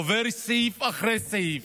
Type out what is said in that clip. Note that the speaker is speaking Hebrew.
עובר סעיף אחרי סעיף,